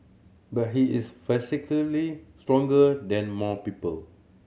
but he is psychologically stronger than more people